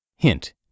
Hint